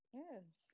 Yes